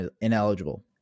ineligible